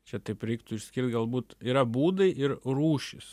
čia taip reiktų išskirt galbūt yra būdai ir rūšys